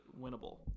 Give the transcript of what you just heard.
winnable